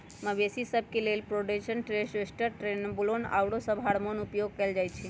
मवेशिय सभ के लेल प्रोजेस्टेरोन, टेस्टोस्टेरोन, ट्रेनबोलोन आउरो सभ हार्मोन उपयोग कयल जाइ छइ